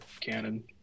canon